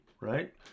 right